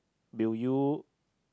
will you